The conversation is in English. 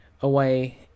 away